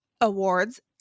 awards